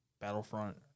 Battlefront